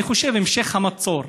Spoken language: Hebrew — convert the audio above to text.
אני חושב שהמשך המצור,